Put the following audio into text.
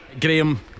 Graham